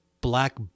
black